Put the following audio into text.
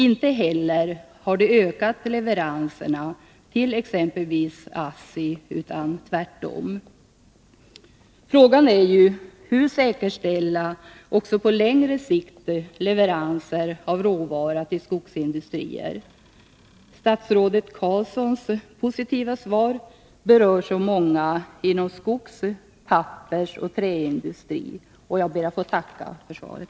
Inte heller har de ökat leveranserna till exempelvis ASSI, utan tvärtom. Frågan är ju: Hur skall man också på längre sikt säkerställa leveranser av råvara till skogsindustrier? Statsrådet Carlssons positiva svar berör så många inom skogs-, pappersoch träindustri. Jag ber att än en gång få tacka för svaret.